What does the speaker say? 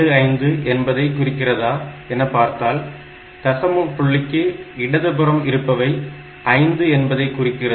75 என்பதை குறிக்கிறதா என பார்த்தால் தசம புள்ளிக்கு இடதுபுறம் இருப்பவை 5 என்பதை குறிக்கிறது